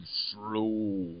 slow